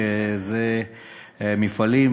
שזה מפעלים,